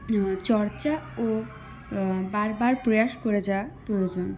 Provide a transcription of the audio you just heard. চর্চা ও বারবার প্রয়াস করে যাওয়ার প্রয়োজন